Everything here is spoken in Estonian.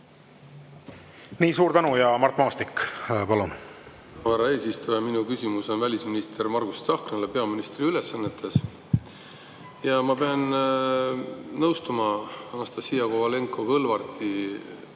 Suur tänu! Mart Maastik, palun! Härra eesistuja! Minu küsimus on välisminister Margus Tsahknale peaministri ülesannetes. Ma pean nõustuma Anastassia Kovalenko-Kõlvarti